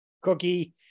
cookie